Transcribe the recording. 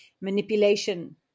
manipulation